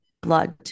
blood